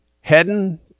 Heading